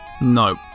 No